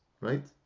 right